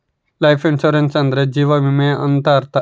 life insurance ಅಂದ್ರೆ ಜೀವ ವಿಮೆ ಅಂತ ಅರ್ಥ